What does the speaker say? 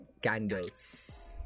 candles